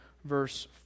verse